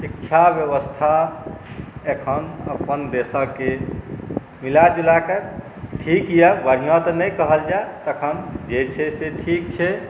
शिक्षा व्यवस्था एखन अपन देशके मिला जुला कऽ ठीक यए बढ़िआँ तऽ नहि कहल जाय तखन जे छै से ठीक छै